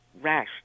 rash